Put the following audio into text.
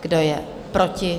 Kdo je proti?